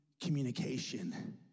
communication